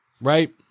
right